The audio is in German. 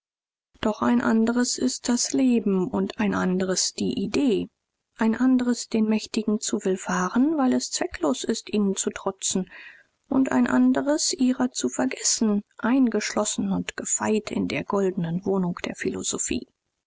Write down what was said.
doch ein andres ist das leben und ein andres die idee ein andres den mächtigen zu willfahren weil es zwecklos ist ihnen zu trotzen und ein andres ihrer zu vergessen eingeschlossen und gefeit in der goldenen wohnung der philosophie